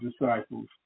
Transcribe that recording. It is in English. disciples